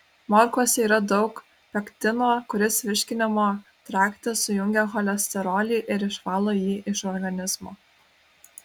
morkose yra daug pektino kuris virškinimo trakte sujungia cholesterolį ir išvalo jį iš organizmo